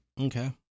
Okay